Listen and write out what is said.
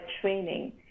training